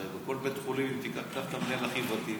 הרי בכל בית חולים, אם תיקח את המנהל הכי ותיק,